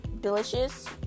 delicious